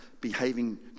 behaving